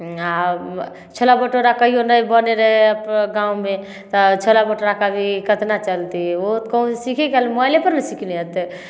आओर छोला भटोरा कहिओ नहि बने रहै अपना गाँवमे तऽ छोला भटोरा के अभी कतना चलती हइ ओहो कहुँ सिखहीके मोबाइले पर ने सिखने हेतै